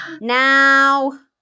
Now